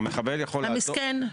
-- המחבל יכול -- המסכן.